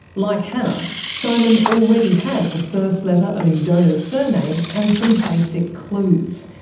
like hannah, simon already had the first letter of his donor's surname and some basic clues.